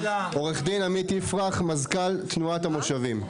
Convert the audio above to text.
עו"ד עמית יפרח, מזלל תנועת המושבים.